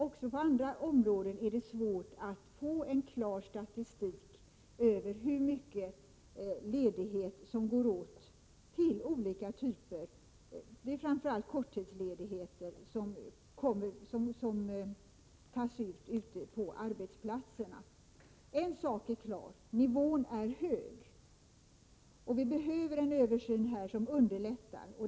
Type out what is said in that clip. Också på andra områden är det svårt att få en klar statistik över olika typer av ledigheter. Det är framför allt korttidsledigheter som tas ut på arbetsplatserna. En sak är klar: nivån är hög. Vi behöver en översyn som underlättar arbetet.